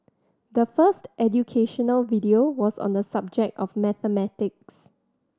the first educational video was on the subject of mathematics